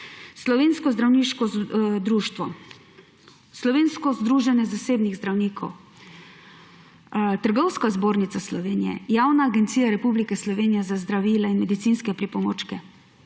Slovensko zdravniško društvo, Slovensko združenje zasebnih zdravnikov, Trgovska zbornica Slovenije, Javna agencija Republike Slovenije za zdravila in medicinske pripomočke